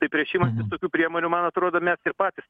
tai prieš imantis tokių priemonių man atrodo mes ir patys